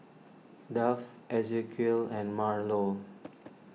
Duff Ezequiel and Marlo